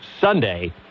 Sunday